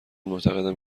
معتقدم